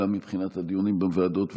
גם מבחינת הדיונים בוועדות,